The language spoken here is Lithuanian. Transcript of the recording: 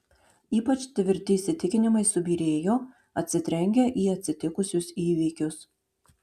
ypač tvirti įsitikinimai subyrėjo atsitrenkę į atsitikusius įvykius